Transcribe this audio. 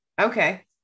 Okay